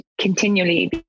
continually